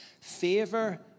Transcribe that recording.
Favor